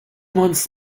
months